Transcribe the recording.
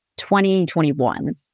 2021